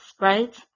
right